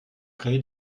créer